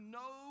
no